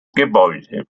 gebäude